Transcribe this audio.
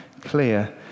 clear